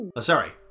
Sorry